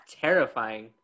Terrifying